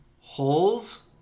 Holes